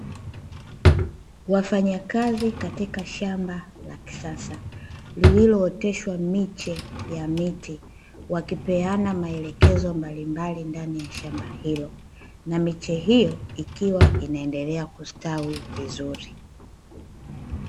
Wafanyakazi katika shamba la kisasa lililooteshwa miche ya miti, wakipeana maelekezo mbalimbali ndani ya shamba hilo, na miche hiyo ikiwa inaendelea kusitawi vizuri.